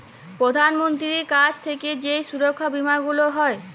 প্রধাল মন্ত্রীর কাছ থাক্যে যেই সুরক্ষা বীমা গুলা হ্যয়